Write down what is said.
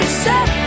set